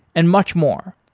and much more.